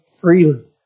freely